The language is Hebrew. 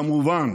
כמובן